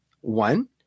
One